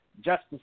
Justice